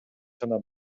жана